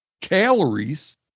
calories